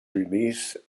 released